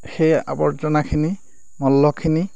সেই আৱৰ্জনাখিনি মল্লখিনি